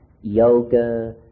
yoga